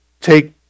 take